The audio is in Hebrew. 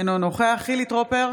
אינו נוכח חילי טרופר,